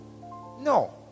No